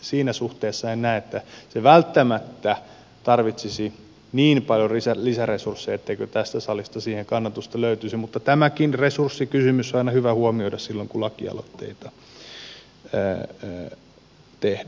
siinä suhteessa en näe että se välttämättä tarvitsisi niin paljon lisäresursseja etteikö tästä salista siihen kannatusta löytyisi mutta tämäkin resurssikysymys on hyvä huomioida silloin kun lakialoitteita tehdään